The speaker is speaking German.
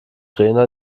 rena